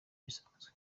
bisanzwe